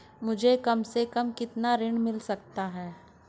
मुझे कम से कम कितना ऋण मिल सकता है?